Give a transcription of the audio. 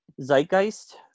zeitgeist